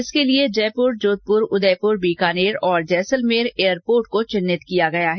इसके लिए जयपुर जोधपुर उदयपुर बीकानेर और जैसलमेर एयरपोर्ट को चिन्हित किया गया है